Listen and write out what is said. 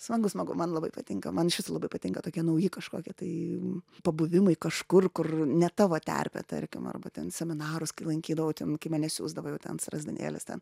smagu smagu man labai patinka man iš viso labai patinka tokie nauji kažkokie tai pabuvimai kažkur kur ne tavo terpė tarkim arba ten seminarus kai lankydavau ten kai mane siųsdavo jau ten srazdanėlės ten